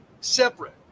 separate